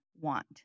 want